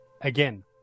Again